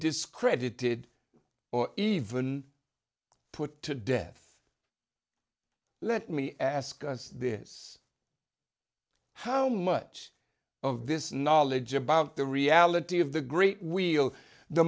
discredited or even put to death let me ask this how much of this knowledge about the reality of the great wheel the